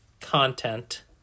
content